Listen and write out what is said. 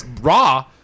Raw